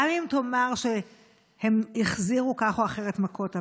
גם אם תאמר שכך או אחרת הם החזירו מכות,